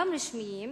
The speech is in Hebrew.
גם רשמיים,